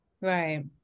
right